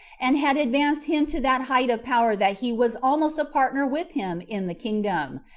and had advanced him to that height of power that he was almost a partner with him in the kingdom,